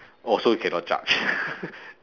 also cannot charge